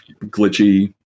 glitchy